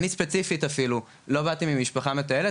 אני ספציפית אפילו לא באתי ממשפחה מטיילת,